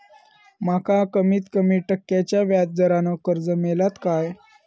माका कमीत कमी टक्क्याच्या व्याज दरान कर्ज मेलात काय?